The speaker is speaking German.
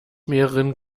mehreren